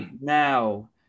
now